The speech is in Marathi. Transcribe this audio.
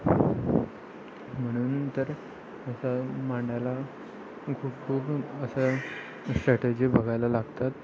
म्हणून तर असं मांडायला खूप खूप असं स्ट्रॅटजी बघायला लागतात